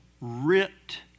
ripped